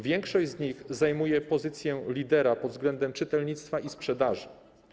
Większość z nich zajmuje pozycję lidera pod względem czytelnictwa i sprzedaży.